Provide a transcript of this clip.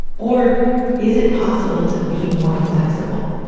or is it possible to be more flexible,